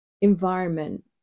environment